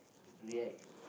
react